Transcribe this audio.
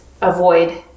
avoid